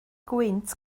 gwynt